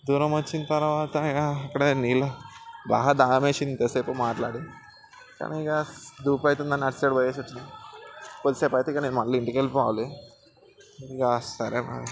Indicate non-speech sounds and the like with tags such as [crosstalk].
దూరం వచ్చిన తర్వాత ఇహ ఇప్పుడే నీళ్ళు బాగా దాహం వేసింది ఇహ ఇంత సేపు మాట్లాడి అని ఇక [unintelligible] అటు సైడ్ పోయేసి వచ్చినాం కొంసేపైతే ఇహ నేను మళ్ళీ ఇంటికి వెళ్ళిపోవాలి ఇహ సరే